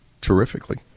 terrifically